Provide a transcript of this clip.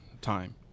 time